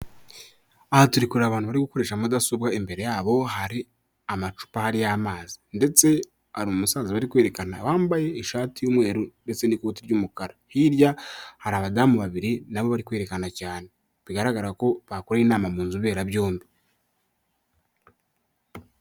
Aha turi kureba abantu bari gukoresha mudasobwa imbere yabo hari amacupa ahari y'amazi ndetse hari umusa bari kwerekana uwambaye ishati y'umweru ndetse n'ikoti ry'umukara hirya hari abadamu babiri nabo bari kwerekana cyane bigaragara ko bakora inama mu nzubera byombi.